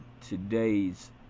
today's